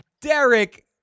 Derek